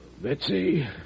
Betsy